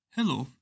Hello